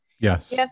Yes